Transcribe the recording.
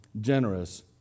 generous